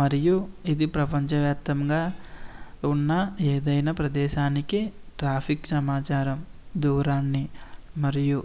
మరియు ఇది ప్రపంచ వ్యాప్తంగా ఉన్న ఏదైనా ప్రదేశానికి ట్రాఫిక్ సమాచారం దూరాన్ని మరియు